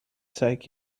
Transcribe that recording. take